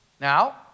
Now